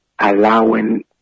Allowing